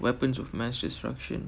weapons of mass destruction